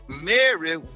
Mary